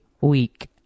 week